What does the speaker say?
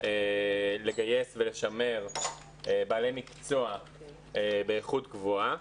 לגייס ולשמר בעלי מקצוע באיכות גבוהה,